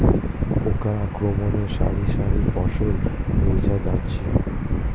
পোকার আক্রমণে শারি শারি ফসল মূর্ছা যাচ্ছে